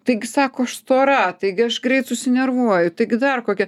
taigi sako aš stora taigi aš greit susinervuoju taigi dar kokia